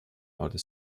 outer